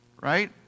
right